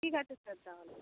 ঠিক আছে স্যার তাহলে